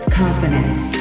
confidence